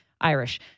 Irish